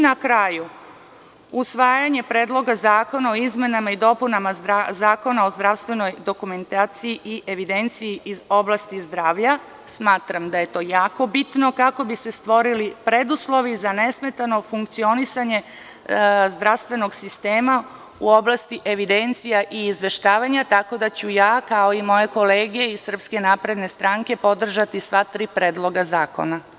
Na kraju, usvajanje Predloga zakona o izmenama i dopunama Zakona o zdravstvenoj dokumentaciji i evidenciji iz oblasti zdravlja smatram da je to jako bitno kako bi se stvorili preduslovi za nesmetano funkcionisanje zdravstvenog sistema u oblasti evidencija i izveštavanja, tako da ću ja, kao i moje kolege iz SNS, podržati sva tri predloga zakona.